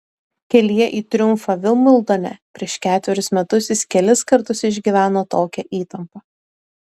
kelyje į triumfą vimbldone prieš ketverius metus jis kelis kartus išgyveno tokią įtampą